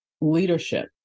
leadership